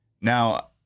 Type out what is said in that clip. now